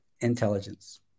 intelligence